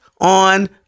on